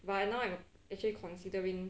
but I now I'm actually considering